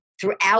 throughout